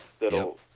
that'll